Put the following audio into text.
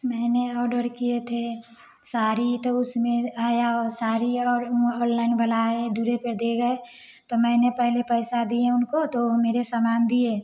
मैंने ऑर्डर किए थे साड़ी तो उसमें आया साड़ी और उ ऑनलाइन वाला आए डुरे पे दे गए तो मैंने पहले पैसा दिए उनको तो ओ मेरे सामान दिए